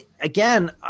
again